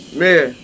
man